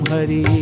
Hari